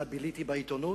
ביליתי בעיתונות.